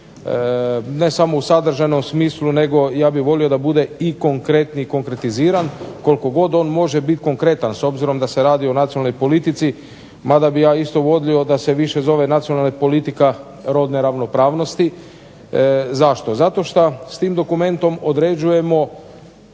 ne samo u sadržajnom smislu nego ja bih volio da bude i konkretni i konkretiziran koliko god on može biti konkretan s obzirom da se radi o nacionalnoj politici mada bih ja više volio da se zove nacionalna politika rodne ravnopravnosti. Zašto ? zato što s tim dokumentom određujemo